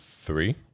Three